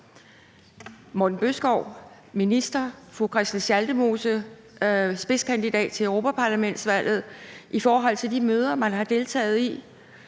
Morten Bødskov, minister, og fru Christel Schaldemose, spidskandidat til europaparlamentsvalget, har deltaget i møder, og har nu opdaget –